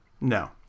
No